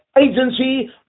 agency